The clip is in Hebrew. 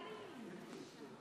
אני מכריז על